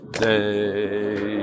day